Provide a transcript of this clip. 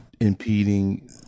impeding